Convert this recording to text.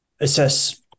assess